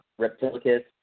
Reptilicus